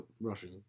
rushing